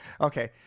Okay